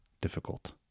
difficult